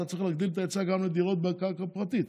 אתה צריך להגדיל גם בקרקע פרטית.